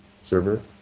server